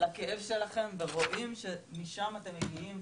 לכאב שלכם ורואים שמשם אתם מגיעים,